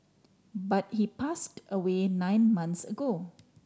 but he passed away nine months ago